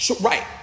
Right